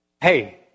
Hey